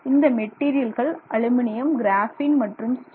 இந்த மெட்டீரியல்கள் aluminium graphene மற்றும் ஸ்டீல்